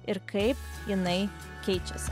ir kaip jinai keičiasi